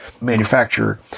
Manufacturer